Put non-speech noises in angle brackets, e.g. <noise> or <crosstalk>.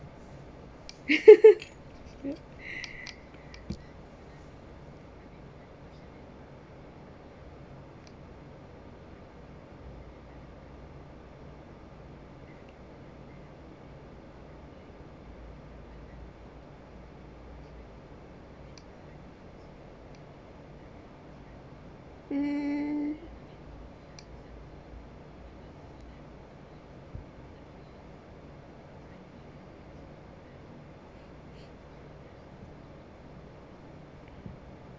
<laughs> <noise>